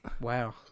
Wow